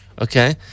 okay